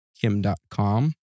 Kim.com